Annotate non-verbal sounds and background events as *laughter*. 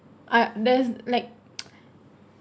uh there's like *noise*